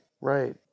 right